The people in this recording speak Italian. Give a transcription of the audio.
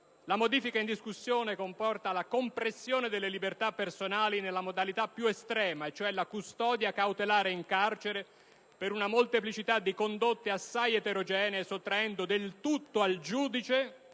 La modifica in discussione comporta la compressione delle libertà personali nella modalità più estrema (cioè la custodia cautelare in carcere), per una molteplicità di condotte assai eterogenee, sottraendo del tutto al giudice